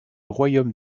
royaume